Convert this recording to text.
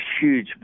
huge